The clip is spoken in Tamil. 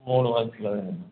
மூணு வாரத்தில் வேணும்